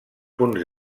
punts